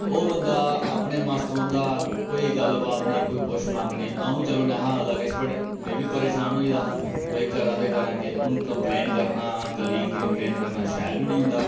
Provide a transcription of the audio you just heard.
ओह् बंदा अपने मस्त रौंह्दा कोई गल्लबात नेईं कोई पुच्छ मंग नेईं आ'ऊं चलो नेहा आखदा किश बट में बी परेशान होई गेदा हा कि भाई करां ते करां केह् हून काम्पलेन करना कलीग्स दी काम्पलेन करना शैल बी नी होंदा